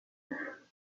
tres